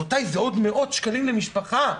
זה עוד מאות שקלים למשפחה.